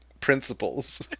principles